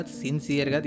sincere